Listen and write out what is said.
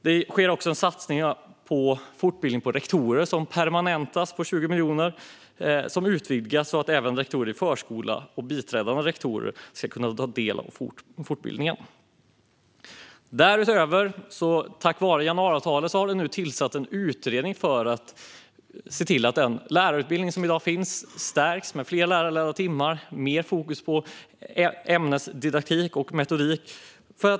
Det sker också en satsning på fortbildning av rektorer, som permanentas på 20 miljoner och utvidgas så att även rektorer i förskola och biträdande rektorer ska kunna ta del av fortbildningen. Därutöver har vi, tack vare januariavtalet, tillsatt en utredning för att se till att den lärarutbildning som i dag finns stärks med fler lärarledda timmar och mer fokus på ämnesdidaktik och metodik.